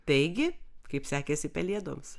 taigi kaip sekėsi pelėdoms